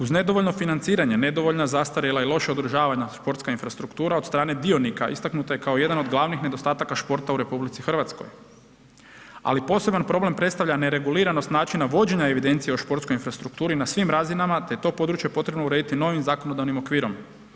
Uz nedovoljno financiranje, nedovoljno zastarjela i loša održavana športska infrastruktura od strane dionika istaknuta je kao jedan od glavnih nedostataka športa u RH, ali poseban problem predstavlja nereguliranost načina vođenja evidencije o športskoj infrastrukturi na svim razinama te je to područje potrebno urediti novim zakonodavnim okvirom.